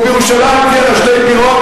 ובירושלים תהיינה שתי בירות,